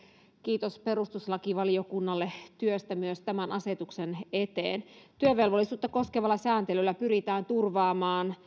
kiitos perustuslakivaliokunnalle työstä myös tämän asetuksen eteen työvelvollisuutta koskevalla sääntelyllä pyritään turvaamaan